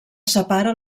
separa